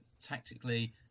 tactically